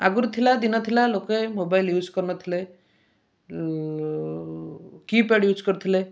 ଆଗରୁ ଥିଲା ଦିନ ଥିଲା ଲୋକେ ମୋବାଇଲ୍ ୟୁଜ୍ କରୁନଥିଲେ କିପ୍ୟାଡ଼୍ ୟୁଜ୍ କରୁଥିଲେ